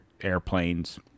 airplanes